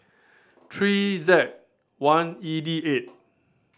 three Z one E D eight